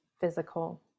physical